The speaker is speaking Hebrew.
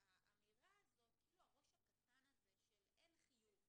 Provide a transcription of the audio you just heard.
האמירה הזאת, כאילו הראש הקטן הזה של אין חיוב.